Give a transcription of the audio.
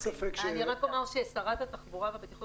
אני רק אומר ששרת התחבורה והבטיחות